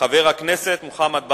חבר הכנסת מוחמד ברכה.